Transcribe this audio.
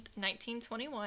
1921